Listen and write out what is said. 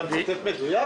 זה ציטוט מדויק?